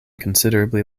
considerably